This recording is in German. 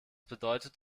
bedeutet